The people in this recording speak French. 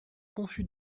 confus